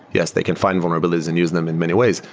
yes, they can find vulnerabilities and use them in many ways.